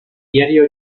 diario